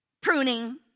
pruning